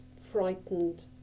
frightened